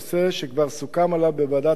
שכבר סוכם בוועדת-טרכטנברג,